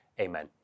Amen